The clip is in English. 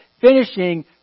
finishing